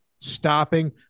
stopping